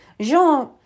Jean